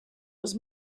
was